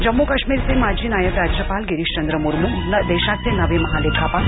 जम्मू काश्मीरचे माजी नायब राज्यपाल गिरीशचंद्र मुर्मू देशाचे नवे महालेखापाल